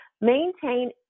Maintain